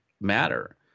matter